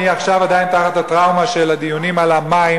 אני עכשיו עדיין תחת הטראומה של הדיונים על המים,